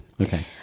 Okay